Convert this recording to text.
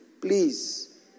Please